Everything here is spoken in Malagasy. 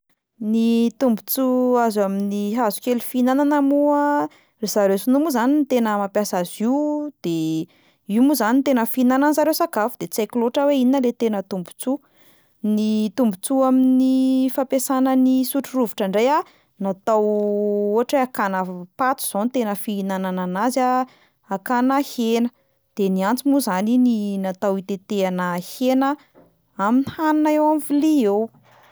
Ny tombontsoa azo amin'ny hazokely fihinana moa, ry zareo sinoa moa zany no tena mampiasa azy io, de io moa zany no tena fihinanan'zareo sakafo de tsy haiko loatra hoe inona le tena tombontsoa, ny tombontsoa amin'ny fampiasana ny sotrorovitra indray a, natao ohatra hoe hakana paty zao no tena fihinanana anazy a, hakana hena, de ny antsy moa zany iny natao hitetehana hena amin'ny hanina eo amin'ny vilia eo.